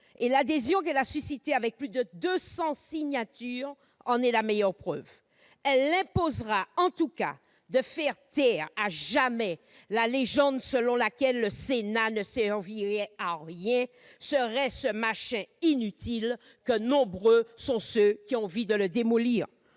et l'adhésion qu'elle a suscitée, avec plus de 200 signatures recueillies, en est la meilleure preuve. Elle imposera en tout cas de faire taire, à jamais, la légende selon laquelle le Sénat ne servirait à rien, serait ce machin inutile que beaucoup veulent démolir.